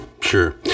sure